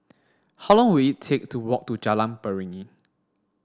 how long will it take to walk to Jalan Beringin